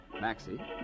Maxie